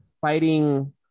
fighting